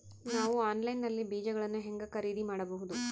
ನಾವು ಆನ್ಲೈನ್ ನಲ್ಲಿ ಬೇಜಗಳನ್ನು ಹೆಂಗ ಖರೇದಿ ಮಾಡಬಹುದು?